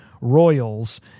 Royals